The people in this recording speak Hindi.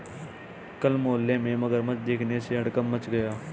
कल मोहल्ले में मगरमच्छ देखने से हड़कंप मच गया